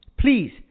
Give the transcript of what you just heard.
please